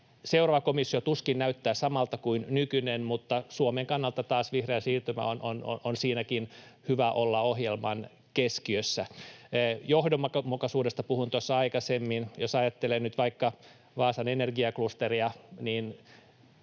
Seuraava komissio tuskin näyttää samalta kuin nykyinen, mutta Suomen kannalta taas vihreän siirtymän on siinäkin hyvä olla ohjelman keskiössä. Johdonmukaisuudesta puhuin tuossa aikaisemmin. Jos ajattelee nyt vaikka Vaasan energiaklusteria, niin